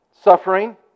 suffering